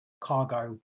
cargo